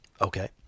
Okay